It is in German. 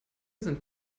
sind